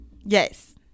Yes